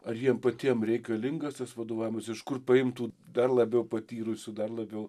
ar jiem patiem reikalingas tas vadovavimas iš kur paimtų dar labiau patyrusių dar labiau